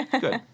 Good